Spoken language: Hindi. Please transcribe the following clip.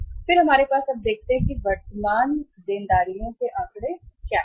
फिर हमारे पास अब हम देखते हैं वर्तमान देनदारियों पर जाने से पहले आंकड़े यहाँ रखें